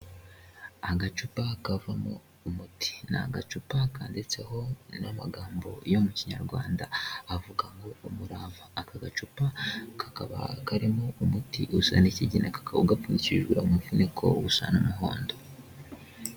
Agacupa kavamo umuti ni agacupa kanditseho n'amagambo yo mu kinyarwanda avuga ngo umurava. Aka gacupa kakaba karimo umuti usa n'ikigina kakaba gapfundikijwe umufuniko usa n'umuhondo.